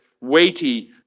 weighty